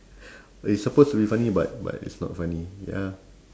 it's supposed to be funny but but it's not funny ya